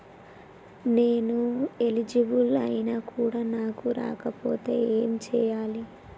నేను ఎలిజిబుల్ ఐనా కూడా నాకు రాకపోతే ఏం చేయాలి?